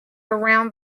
around